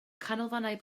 canolfannau